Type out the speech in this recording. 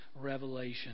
revelation